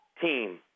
team